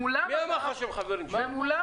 מי אמר לך שהם חברים שלהם?